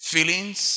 Feelings